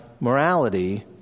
morality